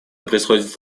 происходит